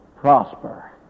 prosper